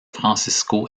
francisco